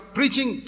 preaching